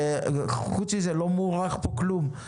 וחוץ מזה, לא מוארך פה כלום.